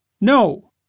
No